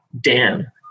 Dan